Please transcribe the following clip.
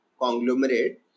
conglomerate